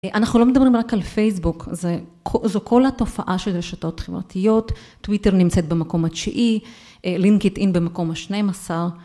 אנחנו לא מדברים רק על פייסבוק, זו כל התופעה של רשתות חברתיות. טוויטר נמצאת במקום התשיעי, Linkedin במקום ה-12.